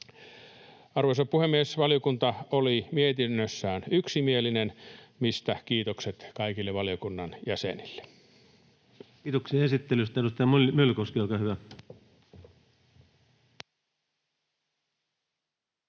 Arvoisa puhemies! Valiokunta oli mietinnössään yksimielinen, mistä kiitokset kaikille valiokunnan jäsenille. Kiitoksia esittelystä. — Edustaja Myllykoski, olkaa hyvä.